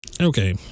Okay